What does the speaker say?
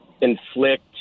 inflict